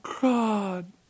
God